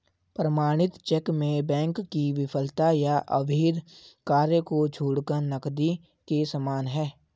प्रमाणित चेक में बैंक की विफलता या अवैध कार्य को छोड़कर नकदी के समान है